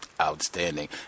Outstanding